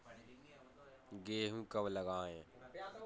गेहूँ कब लगाएँ?